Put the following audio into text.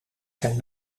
zijn